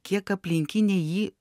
kiek aplinkiniai jį